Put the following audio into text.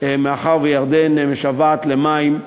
מאחר שירדן משוועת למים.